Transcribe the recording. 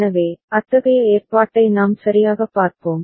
எனவே அத்தகைய ஏற்பாட்டை நாம் சரியாகப் பார்ப்போம்